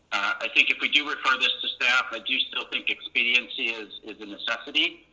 i think if we do refer this to staff, i do still think expediency is is a necessity.